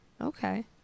okay